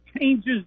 changes